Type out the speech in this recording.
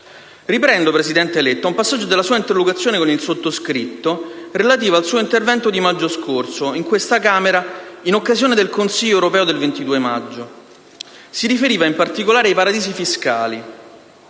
signor presidente Letta, un passaggio della sua interlocuzione con il sottoscritto, relativa al suo intervento del maggio scorso, in questa Camera, in occasione del Consiglio europeo del 22 maggio. Riferendosi in particolare ai paradisi fiscali,